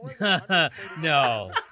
No